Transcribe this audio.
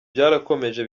byarakomeje